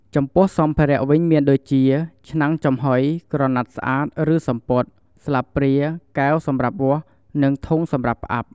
ចំពោះសម្ភារៈវិញមានដូចជា ឆ្នាំងចំហុយ ក្រណាត់ស្អាត ឬសំពត់ ស្លាបព្រា កែវសម្រាប់វាស់ និងធុងសម្រាប់ផ្អាប់។